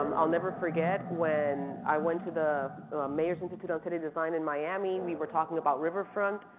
um i'll never forget when i went to the mayors institute on city design in miami, we were talking about river front,